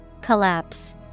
Collapse